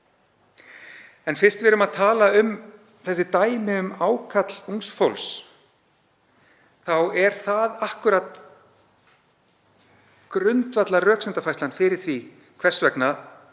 En fyrst við erum að tala um dæmi um ákall ungs fólks þá er það akkúrat grundvallarröksemdarfærslan fyrir því hvers vegna